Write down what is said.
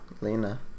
Lena